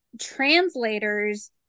translators